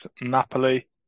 Napoli